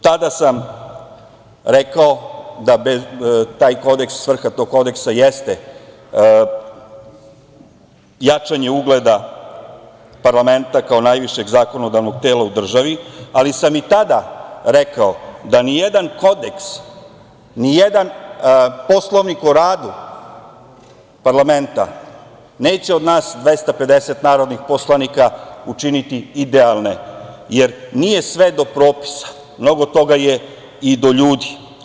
Tada sam rekao da svrha tog Kodeksa jeste jačanje ugleda parlamenta kao najvišeg zakonodavnog tela u državi, ali sam i tada rekao da ni jedan Kodeks, ni jedan Poslovnik o radu parlamenta neće od nas 250 narodnih poslanika učiniti idealne, jer nije sve do propisa, mnogo toga je i do ljudi.